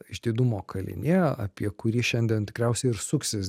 išdidumo kalinė apie kurį šiandien tikriausiai ir suksis